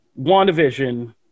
wandavision